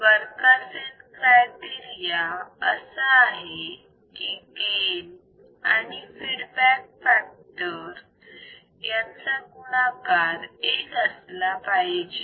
Barkhausen criteria असा आहे की गेन आणि फीडबॅक फॅक्टर यांचा गुणाकार 1 असला पाहिजे